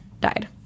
died